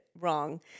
wrong